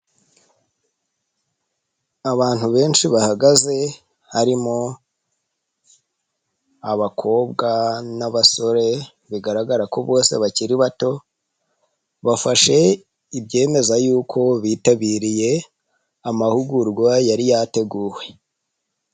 Abantu benshi bahagaze harimo abakobwa n'abasore bigaragara ko bose bakiri bato bafashe ibyemeza y'uko bitabiriye amahugurwa yari yateguwe.